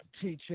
teaching